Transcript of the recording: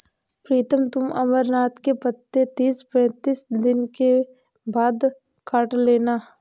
प्रीतम तुम अमरनाथ के पत्ते तीस पैंतीस दिन के बाद काट लेना